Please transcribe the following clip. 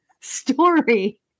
story